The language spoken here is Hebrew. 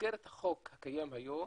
במסגרת החוק הקיים היום